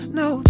no